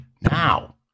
now